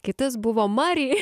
kitas buvo mari